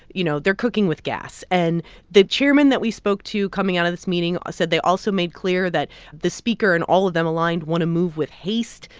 you know, they're cooking with gas. and the chairman that we spoke to coming out of this meeting said they also made clear that the speaker and all of them aligned want to move with haste.